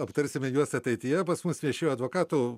aptarsime juos ateityje pas mus viešėjo advokatų